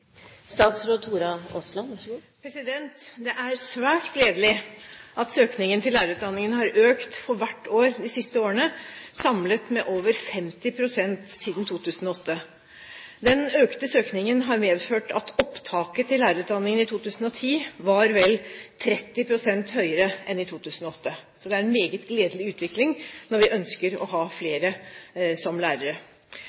Det er svært gledelig at søkningen til lærerutdanningen har økt for hvert år de siste årene, samlet med over 50 pst. siden 2008. Den økte søkningen har medført at opptaket til lærerutdanningen i 2010 var vel 30 pst. høyere enn i 2008, så det er en meget gledelig utvikling når vi ønsker å ha